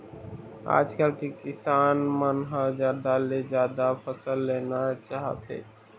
आजकाल के किसान मन ह जादा ले जादा फसल लेना चाहथे